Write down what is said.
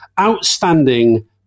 Outstanding